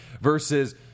versus